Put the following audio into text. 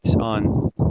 on